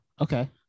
okay